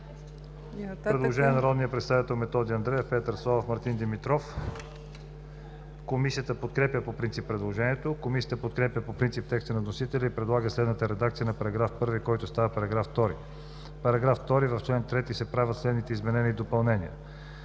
Предложение на народните представители Методи Андреев, Петър Славов и Мартин Димитров. Комисията подкрепя по принцип предложението. Комисията подкрепя по принцип текста на вносителя и предлага следната редакция на § 1, който става § 2: „§ 2. В чл. 3 се правят следните изменения и допълнения: